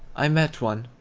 i met one,